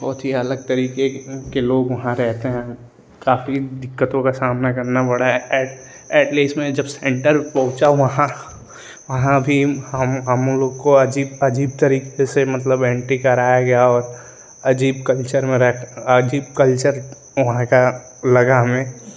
बहुत ही अलग तरीके के लोग वहाँ रहते हैं काफी दिक्कतों का सामना करना पड़ा है एटलिस्ट जब सेंटर पहुँचा वहाँ वहाँ भी हम हम लोग को अजीब अजीब तरीके से मतलब इंट्री कराया गया और अजीब कल्चर मे रह अजीब कल्चर वहाँ का लगा हमें